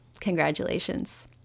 Congratulations